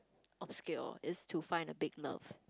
obscure it's to find a big love